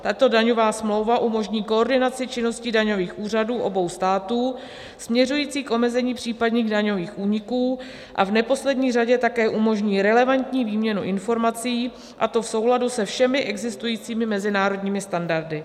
Tato daňová smlouva umožní koordinaci činností daňových úřadů obou států, směřující k omezení případných daňových úniků, a v neposlední řadě také umožní relevantní výměnu informací, a to v souladu se všemi existujícími mezinárodními standardy.